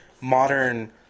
modern